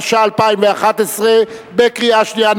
התשע"א 2011. קריאה שנייה.